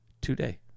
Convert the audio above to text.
today